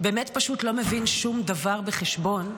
באמת לא מבין שום דבר בחשבון,